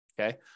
okay